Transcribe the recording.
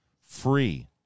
free